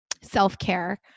self-care